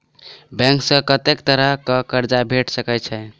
Bank सऽ कत्तेक तरह कऽ कर्जा भेट सकय छई?